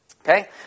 Okay